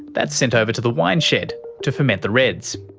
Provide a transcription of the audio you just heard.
that's sent over to the wine shed to ferment the reds.